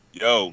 yo